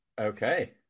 Okay